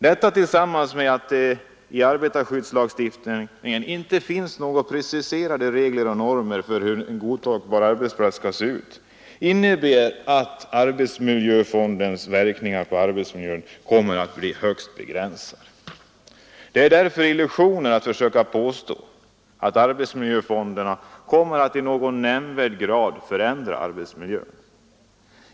Detta tillsammans med att det i arbetarskyddslagstiftningen inte finns några preciserade regler och normer för hur en godtagbar arbetsplats skall se ut innebär att arbetsmiljöfondens verkningar på arbetsmiljön kommer att bli högst begränsade. Därför är det bara illusioner när man försöker påstå att arbetsmiljöfonderna i nämnvärd grad kommer att förändra arbetsmiljön.